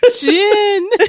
gin